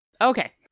Okay